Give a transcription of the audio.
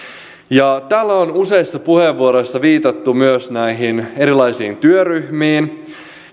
täällä on useissa puheenvuoroissa viitattu myös näihin erilaisiin työryhmiin